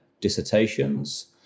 dissertations